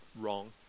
wrong